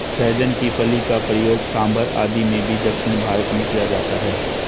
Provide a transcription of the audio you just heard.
सहजन की फली का प्रयोग सांभर आदि में भी दक्षिण भारत में किया जाता है